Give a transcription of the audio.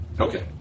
Okay